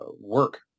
work